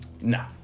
No